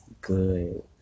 good